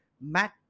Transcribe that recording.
Matt